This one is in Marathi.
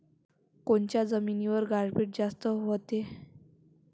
कोनच्या जमिनीवर गारपीट जास्त व्हते?